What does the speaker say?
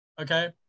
Okay